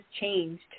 changed